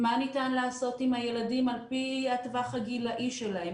מה ניתן לעשות עם הילדים על פי הטווח הגילי שלהם.